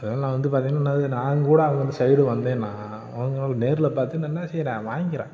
அதனால நான் வந்து பார்த்தீங்கன்னா என்னது நாங்கூட அங்கே அந்த சைடு வந்தேன்னா உங்களை நேரில் பார்த்து நான் என்ன செய்கிறேன் வாங்கிறேன்